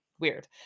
weird